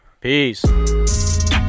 Peace